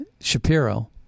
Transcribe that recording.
Shapiro